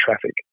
traffic